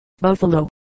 Buffalo